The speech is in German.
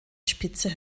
spitze